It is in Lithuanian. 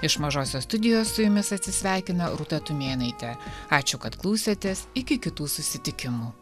iš mažosios studijos su jumis atsisveikina rūta tumėnaitė ačiū kad klausėtės iki kitų susitikimų